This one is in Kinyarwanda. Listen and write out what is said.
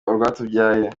urwatubyaye